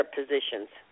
positions